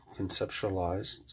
conceptualized